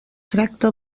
tracta